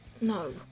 No